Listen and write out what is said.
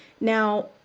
Now